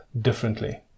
differently